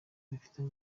bifitanye